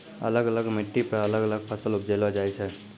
अलग अलग मिट्टी पर अलग अलग फसल उपजैलो जाय छै